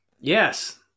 yes